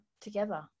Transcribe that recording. together